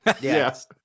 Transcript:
Yes